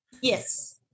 Yes